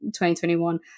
2021